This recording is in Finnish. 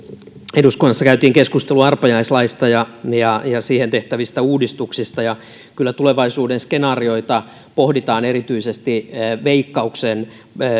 eduskunnassa käytiin keskustelua arpajaislaista ja ja siihen tehtävistä uudistuksista ja kyllä tulevaisuuden skenaarioita pohditaan erityisesti veikkauksen